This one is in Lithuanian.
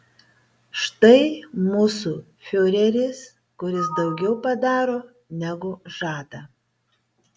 štai mūsų fiureris kuris daugiau padaro negu žada